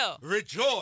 rejoice